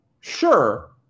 sure